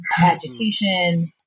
agitation